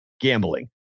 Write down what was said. gambling